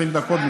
20 דקות,